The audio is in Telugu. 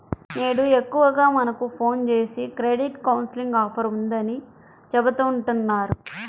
నేడు ఎక్కువగా మనకు ఫోన్ జేసి క్రెడిట్ కౌన్సిలింగ్ ఆఫర్ ఉందని చెబుతా ఉంటన్నారు